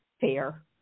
fair